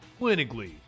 Clinically